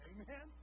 Amen